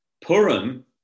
Purim